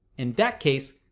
in that case,